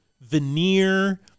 veneer